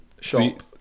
shop